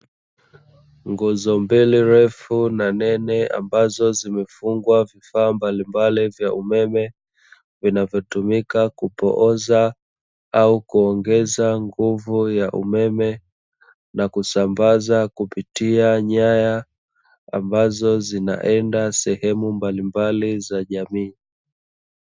Nguzo mbele refu na nene ambazo zimefungwa vifaa mbalimbali vya umeme, vinavyotumika kupooza au kuongeza nguvu ya umeme na kusambaza kupitia nyaya ambazo zinaenda sehemu mbalimbali za jamii.